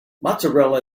mozzarella